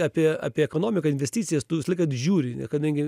apie apie ekonomiką investicijas tu visą laiką žiūri kadangi